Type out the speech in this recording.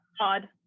odd